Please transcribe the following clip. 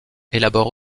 élabore